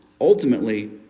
Ultimately